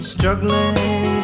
Struggling